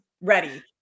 ready